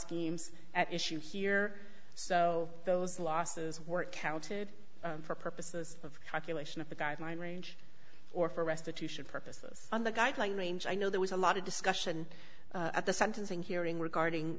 schemes at issue here so those losses were counted for purposes of calculation of the guideline range or for restitution purposes on the guideline range i know there was a lot of discussion at the sentencing hearing regarding